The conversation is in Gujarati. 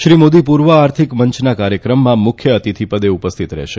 શ્રી મોદી પુર્વી આર્થિક મંચના કાર્યક્રમમાં મુખ્ય અતિથિ પદે ઉપસ્થિત રહેશે